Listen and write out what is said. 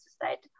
society